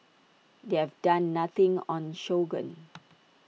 they have done nothing on sorghum